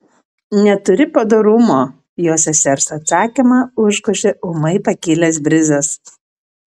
neturi padorumo jo sesers atsakymą užgožė ūmai pakilęs brizas